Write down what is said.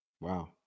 wow